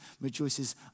rejoices